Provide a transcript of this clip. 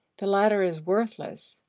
the latter is worthless.